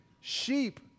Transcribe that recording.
Sheep